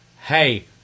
hey